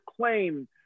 claim